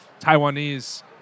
Taiwanese